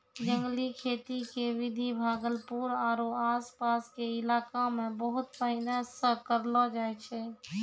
जंगली खेती के विधि भागलपुर आरो आस पास के इलाका मॅ बहुत पहिने सॅ करलो जाय छै